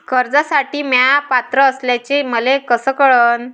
कर्जसाठी म्या पात्र असल्याचे मले कस कळन?